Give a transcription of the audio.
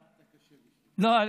לא.